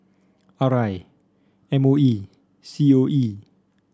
R I M O E C O E